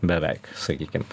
beveik sakykim